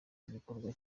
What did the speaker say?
igikorwa